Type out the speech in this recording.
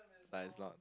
nah it's not